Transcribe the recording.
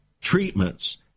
treatments